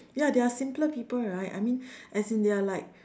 ya they are simpler people right I mean as in they are like